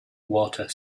water